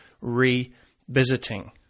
revisiting